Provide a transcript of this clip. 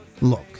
Look